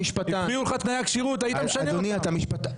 הפריעו לך תנאי הכשירות - היית משנה אותם.